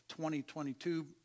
2022